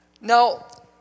Now